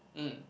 mm